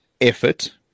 effort